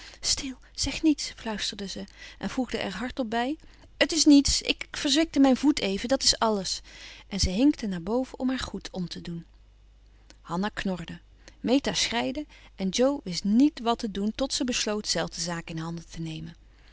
stil zeg niets fluisterde ze en voegde er hardop bij het is niets ik verzwikte mijn voet even dat is alles en ze hinkte naar boven om haar goed om te doen hanna knorde meta schreide en jo wist niet wat te doen tot ze besloot zelf de zaak in handen te nemen